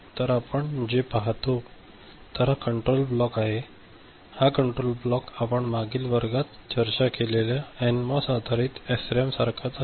तर आपण जे पाहतो तर हा कंट्रोल ब्लॉक आहे हा नियंत्रण ब्लॉक आपण मागील वर्गात चर्चा केलेलय एनमॉस आधारित एसरॅम सारखाच आहे